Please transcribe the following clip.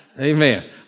Amen